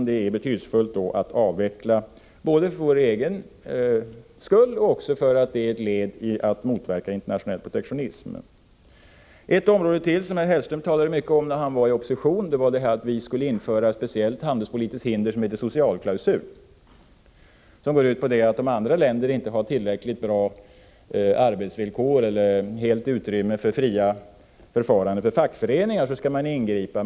Det är viktigt att avveckla dessa, både för vår egen skull och därför att det skulle vara ett led i motverkande av internationell protektionism. En fråga som herr Hellström talade mycket om när han var i opposition var att vi borde införa ett handelspolitiskt hinder som kallas socialklausul. Det går ut på att man skall ingripa mot andra länder som inte har tillräckligt bra arbetsvillkor eller helt fria möjligheter för fackföreningar.